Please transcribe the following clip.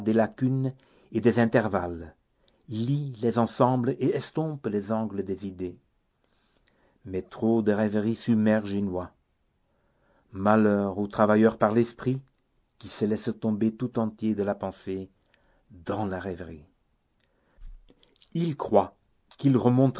lacunes et des intervalles lie les ensembles et estompe les angles des idées mais trop de rêverie submerge et noie malheur au travailleur par l'esprit qui se laisse tomber tout entier de la pensée dans la rêverie il croit qu'il remontera